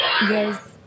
yes